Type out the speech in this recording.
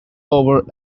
over